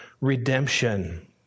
redemption